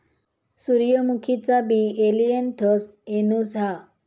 सूर्यमुखीचा बी helianthus annuus हा